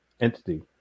entity